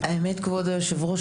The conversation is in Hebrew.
אדוני היושב-ראש,